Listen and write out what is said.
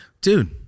Dude